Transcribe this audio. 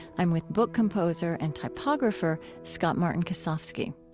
i'm with book composer and typographer scott-martin kosofsky.